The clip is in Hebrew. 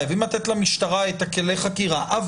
חייבים לתת למשטרה את כלי החקירה אבל